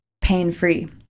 pain-free